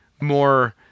more